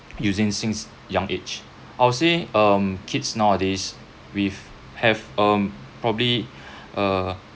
using since young age I would say um kids nowadays with have um probably uh